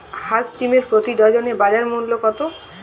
হাঁস ডিমের প্রতি ডজনে বাজার মূল্য কত?